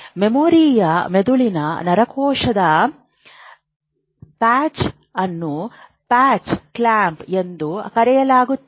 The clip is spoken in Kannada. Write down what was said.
ಮೆಮೊರಿಯ ಮೆದುಳಿನ ನರಕೋಶದ ಪ್ಯಾಚ್ ಅನ್ನು ಪ್ಯಾಚ್ ಕ್ಲ್ಯಾಂಪ್ ಎಂದು ಕರೆಯಲಾಗುತ್ತದೆ